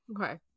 Okay